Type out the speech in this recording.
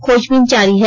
खोजबीन जारी है